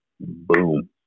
boom